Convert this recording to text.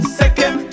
second